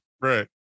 Right